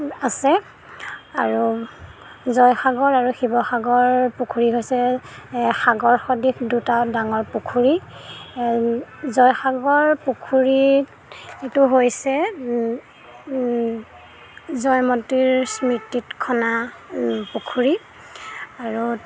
আছে আৰু জয়সাগৰ আৰু শিৱসাগৰ পুখুৰী হৈছে সাগৰ সদৃশ দুটা ডাঙৰ পুখুৰী জয়সাগৰ পুখুৰীত যিটো হৈছে জয়মতীৰ স্মৃতিত খন্দা পুখুৰী আৰু